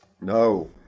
No